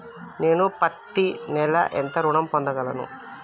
నేను పత్తి నెల ఎంత ఋణం పొందగలను?